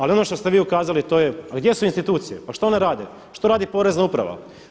Ali ono što ste vi ukazali to je, a gdje su institucije, a što one rade, što radi porezna uprava?